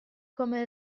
come